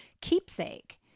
keepsake